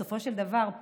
בסופו של דבר,